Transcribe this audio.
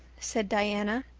said diana.